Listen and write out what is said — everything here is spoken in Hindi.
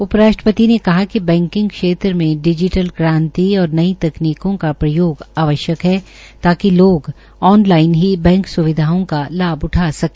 उप राष्ट्रपति ने कहा कि बैंकिंग क्षेत्र में डिजीटल क्रांति और नई तकनीकों का प्रयोग आवश्यक है ताकि लोग ऑन लाइन ही बैंक स्विधाओं का लाभ उठा सके